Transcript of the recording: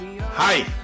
Hi